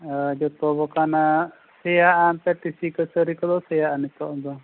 ᱡᱚᱛᱚ ᱞᱮᱠᱟᱱᱟᱜ ᱥᱮᱭᱟᱜᱼᱟ ᱥᱮ ᱴᱤᱥᱤ ᱠᱟᱹᱥᱟᱹᱨᱤ ᱠᱚᱫᱚ ᱥᱮᱭᱟᱜᱼᱟ ᱱᱤᱛᱳᱜ ᱫᱚ